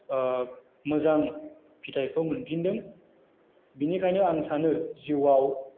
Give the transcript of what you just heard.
मोजां फिथाइखौ मोनफिन्दों बिनिखायनो आं सानो जिउआव